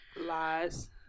Lies